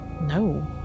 No